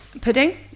Pudding